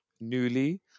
newly